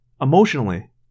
Emotionally